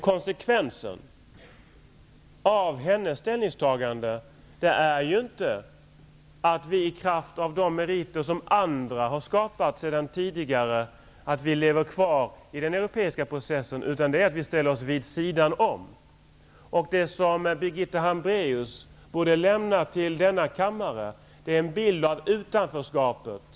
Konsekvensen av hennes ställningstagande är inte att vi i kraft av de meriter som andra har skapat sedan tidigare lever kvar i den europeiska processen, utan konsekvensen är att vi ställer oss vid sidan av. Det som Birgitta Hambraeus borde lämna till denna kammare är en bild av utanförskapet.